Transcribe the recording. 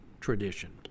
tradition